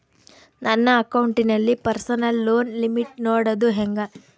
ನನ್ನ ಅಕೌಂಟಿನಲ್ಲಿ personal loan limit ನೋಡದು ಹೆಂಗೆ?